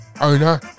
Owner